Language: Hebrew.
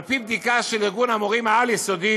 על פי בדיקה של ארגון המורים העל-יסודי,